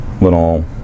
little